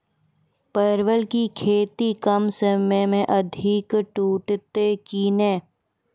परवल की खेती कम समय मे अधिक टूटते की ने?